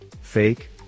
Fake